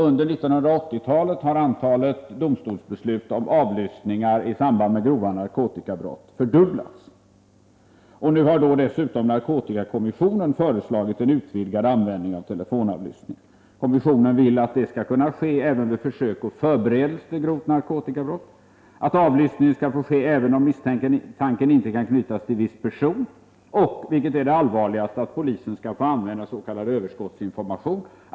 Under 1980-talet har antalet domstolsbeslut om avlyssning i samband med grova narkotikabrott fördubblats. Nu har dessutom narkotikakommissionen föreslagit en utvidgad användning av telefonavlyssning. Kommissionen vill att telefonavlyssning skall kunna ske även vid försök och förberedelse till grova narkotikabrott, att avlyssning skall få ske även om misstanken inte kan knytas till viss person och - vilket är det allvarligaste — att polisen skall få använda s.k. överskottsinformation.